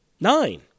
Nine